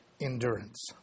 endurance